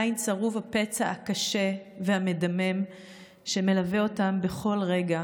עדיין צרוב הפצע הקשה והמדמם שמלווה אותם בכל רגע